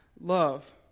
love